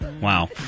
Wow